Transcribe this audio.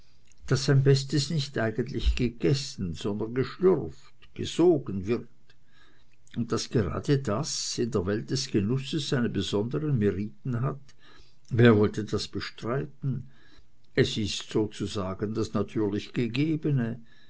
daß sein bestes nicht eigentlich gegessen sondern geschlürft gesogen wird und daß gerade das in der welt des genusses seine besonderen meriten hat wer wollte das bestreiten es ist sozusagen das natürlich gegebene